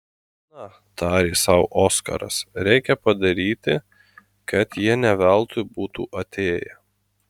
na tarė sau oskaras reikia padaryti kad jie ne veltui būtų atėję